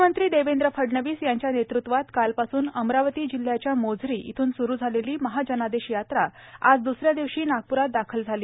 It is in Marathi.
मुख्यमंत्री देवेंद्र फडणवीस यांच्या नेतृत्वात कालपासून अमरावती जिल्ह्याच्या मोझरी इथून सुरू झालेली महाजनादेश यात्रा आज दुसऱ्या दिवशी नागपूरात दाखल झाली